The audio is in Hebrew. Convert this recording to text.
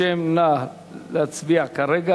הכנסת אנסטסיה מיכאלי נגד חבר הכנסת אחמד טיבי.